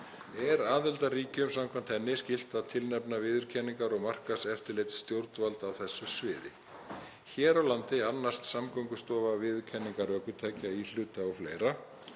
Er aðildarríkjum samkvæmt henni skylt að tilnefna viðurkenningar- og markaðseftirlitsstjórnvald á þessu sviði. Hér á landi annast Samgöngustofa viðurkenningar ökutækja, íhluta o.fl.